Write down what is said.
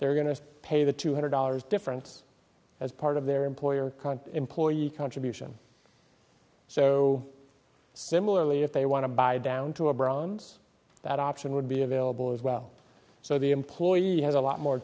they're going to pay the two hundred dollars difference as part of their employer employee contribution so similarly if they want to buy down to a bronze that option would be available as well so the employee has a lot more